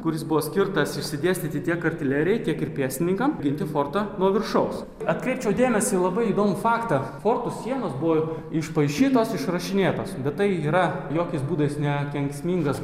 kuris buvo skirtas susidėstyti tiek artilerijai tiek ir pėstininkam ginti fortą nuo viršaus atkreipčiau dėmesį į labai įdomų faktą fortų sienos buvo išpaišytos išrašinėtos bet tai yra jokiais būdais ne kenksmingas